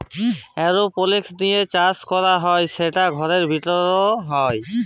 এরওপলিক্স দিঁয়ে চাষ ক্যরা হ্যয় সেট ঘরের ভিতরে হ্যয়